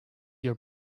your